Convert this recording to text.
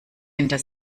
hinter